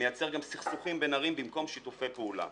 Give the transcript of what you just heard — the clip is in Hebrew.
מייצר גם סכסוכים בין ערים במקום שיתופי פעולה.